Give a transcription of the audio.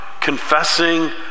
confessing